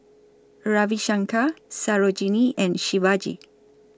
Ravi Shankar Sarojini and Shivaji